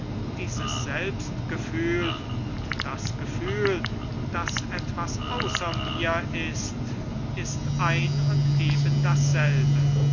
dieses selbstgefühl und das gefühl daß etwas außer mir ist ist ein und eben dasselbe